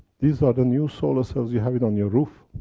these are the new solar cells, you have it on your roof.